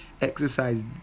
exercise